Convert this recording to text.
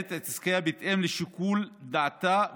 המנהלת את עסקיה בהתאם לשיקול דעתה,